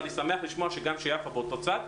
ואני שמח לשמוע שיפה באותו צד,